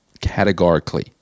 categorically